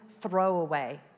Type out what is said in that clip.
throwaway